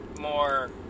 more